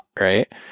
right